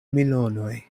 milonoj